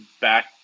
back